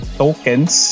tokens